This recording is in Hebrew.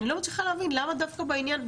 אני לא מצליחה להבין למה דווקא בעניין,